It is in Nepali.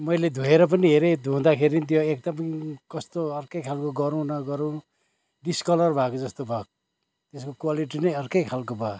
मैले धोएर पनि हेरेँ धुँदाखेरि पनि त्यो एकदम कस्तो अर्के खालको गह्रौँ न गह्रौँ डिसकलर भएको जस्तो भयो त्यसको क्वालिटी नै अर्कै खालको भयो